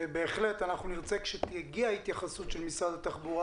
בהחלט נרצה כשתגיע ההתייחסות של משרד התחבורה,